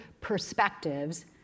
perspectives